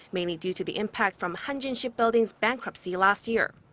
mainly due to the impact from hanjin shipbuilding's bankruptcy last year.